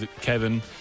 Kevin